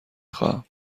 خواهم